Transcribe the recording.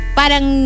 parang